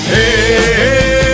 Hey